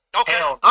Okay